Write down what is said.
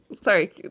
Sorry